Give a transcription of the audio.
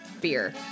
beer